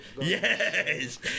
yes